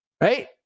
right